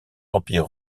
empire